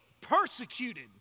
persecuted